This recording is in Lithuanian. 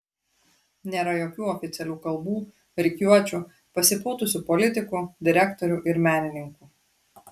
nėra jokių oficialių kalbų rikiuočių pasipūtusių politikų direktorių ir menininkų